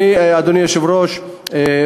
אדוני היושב-ראש,